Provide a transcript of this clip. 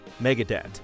Megadet